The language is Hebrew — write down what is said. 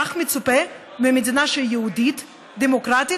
כך מצופה ממדינה שהיא יהודית, דמוקרטית,